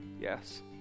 yes